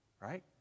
right